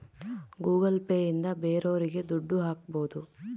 Google Pay ಇಂದ ಬೇರೋರಿಗೆ ದುಡ್ಡು ಹಾಕ್ಬೋದು